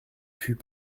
fut